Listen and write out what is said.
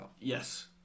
Yes